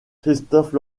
christophe